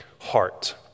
heart